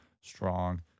strong